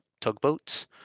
tugboats